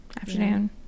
Afternoon